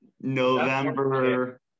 november